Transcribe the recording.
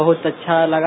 बहत अच्छा लगा